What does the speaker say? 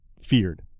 feared